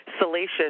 salacious